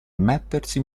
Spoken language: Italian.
mettersi